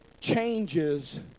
changes